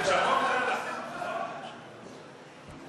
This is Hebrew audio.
את שרון גל לשים, ?